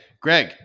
Greg